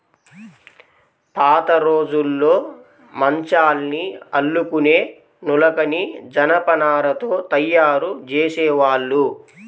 పాతరోజుల్లో మంచాల్ని అల్లుకునే నులకని జనపనారతో తయ్యారు జేసేవాళ్ళు